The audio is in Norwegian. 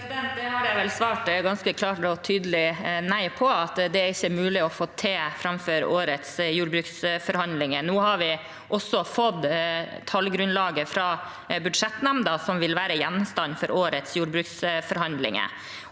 det vel blitt svart ganske klart og tydelig nei på, at det ikke er mulig å få til foran årets jordbruksforhandlinger. Nå har vi også fått tallgrunnlaget fra budsjettnemnda som vil være gjenstand for årets jordbruksforhandlinger.